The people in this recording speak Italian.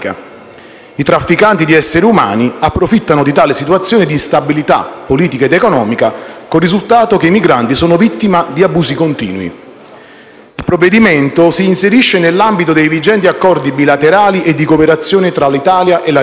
I trafficanti di esseri umani approfittano di tale situazione di instabilità politica ed economica, con il risultato che i migranti sono vittima di abusi continui. Il provvedimento si inserisce nell'ambito dei vigenti accordi bilaterali e di cooperazione tra Italia e Libia: